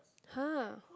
[huh]